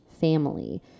family